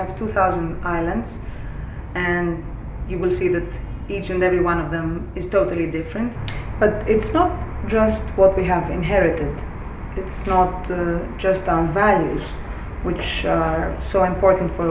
have two thousand islands and you will see that each and every one of them is totally different but it's not just what we have inherited it's not just on values which are so important for